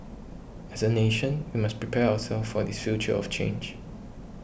as a nation we must prepare ourselves for this future of change